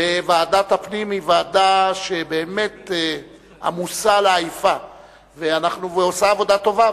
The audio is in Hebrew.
ועדת הפנים היא ועדה שבאמת עמוסה לעייפה ועושה עבודה טובה,